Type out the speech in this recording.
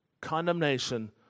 condemnation